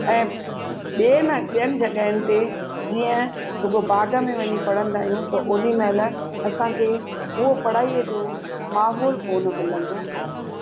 ऐं ॿिए न ॿियनि जॻहियुनि ते जीअं रुॻो बाग़ में वञी पढ़ंदा आहियूं त ओॾीमहिल असांखे उहो पढ़ाई जो माहोलु कोन मिलंदो आहे